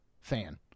fan